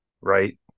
right